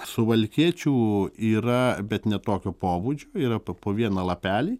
suvalkiečių yra bet ne tokio pobūdžio yra po po vieną lapelį